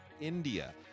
India